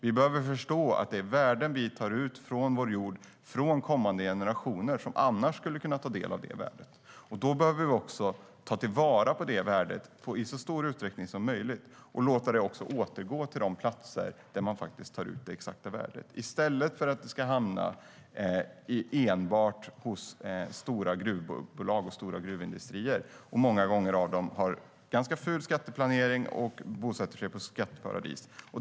Vi behöver förstå att vi tar ut ett värde från vår jord och från kommande generationer som annars skulle kunna ta del av det värdet. Och vi behöver ta till vara värdet i så stor utsträckning som möjligt och låta det återgå till de platser där man tar ut det exakta värdet, i stället för att det ska hamna enbart hos stora gruvbolag och stora gruvindustrier. De har många gånger ganska ful skatteplanering och skriver sig i skatteparadis.